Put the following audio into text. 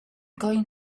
going